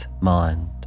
mind